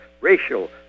racial